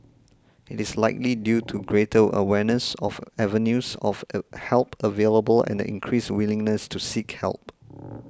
it is likely due to greater awareness of avenues of a help available and the increased willingness to seek help